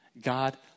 God